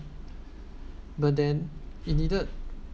but then he needed